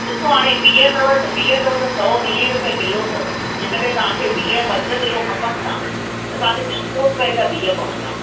ॾिसो हाणे बीह अथव त बीह अथव त सौ वीह रुपिए किलो अथव जेकॾहिं तव्हांखे बीह पंज किलो खपनि था त तव्हांखे छह सौ रुपिए जा बीह पवंदा